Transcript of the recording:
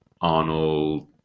Arnold